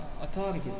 authorities